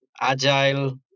agile